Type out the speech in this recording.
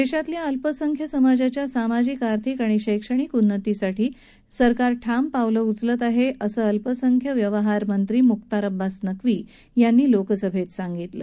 देशातल्या अल्पसंख्याक समाजाच्या सामाजिक आर्थिक आणि शैक्षणिक उन्नतीसाठी सरकार ठाम पावलं उचलत आहे असं अल्पसंख्याक व्यवहार मंत्री मुख्तार अब्बास नक्वी यांनी लोकसभेत सांगितलं